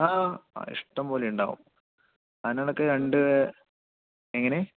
ആ ആ ഇഷ്ടംപോലെ ഉണ്ടാവും ആനകളൊക്കെ രണ്ട് എങ്ങനെ